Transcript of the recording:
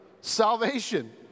salvation